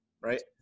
right